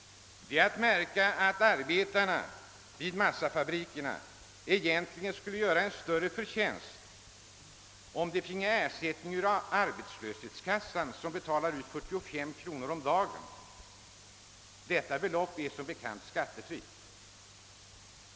Det bör anmärkas att arbetarna vid massafabriken skulle göra en större förtjänst om de i stället fick ersättning från arbetslöshetskassan, som betalar ut 45 kronor om dagen. Det beloppet är som bekant skattefritt.